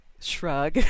shrug